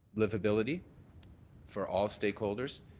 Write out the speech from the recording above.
liveability for all stakeholders.